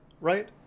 right